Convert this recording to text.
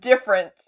different